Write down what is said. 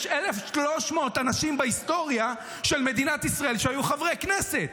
יש 1,300 אנשים בהיסטוריה של מדינת ישראל שהיו חברי כנסת.